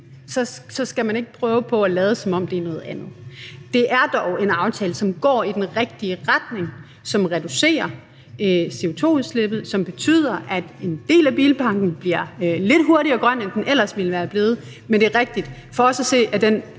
at man ikke lader, som om det er noget andet. Det er dog en aftale, som går i den rigtige retning, som reducerer CO2-udslippet, som betyder, at en del af bilparken lidt hurtigere bliver grøn, end den ellers ville være blevet. Men det er rigtigt, at for os at se er den